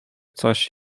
coś